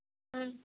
ம்